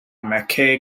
mackay